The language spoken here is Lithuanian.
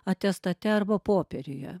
atestate arba popieriuje